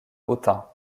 autun